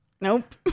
Nope